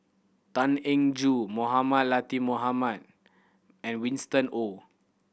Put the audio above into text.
Tan Eng Joo Mohamed Latiff Mohamed and Winston Oh